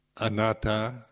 Anatta